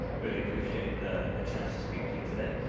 really appreciate the the chance to speak to you today.